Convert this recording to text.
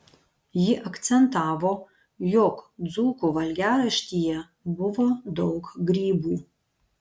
ji akcentavo jog dzūkų valgiaraštyje buvo daug grybų